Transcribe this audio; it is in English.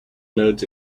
nodes